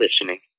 listening